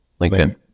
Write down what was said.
LinkedIn